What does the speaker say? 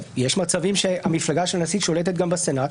יש מצבים שהמפלגה של הנשיא שולטת גם בסנאט,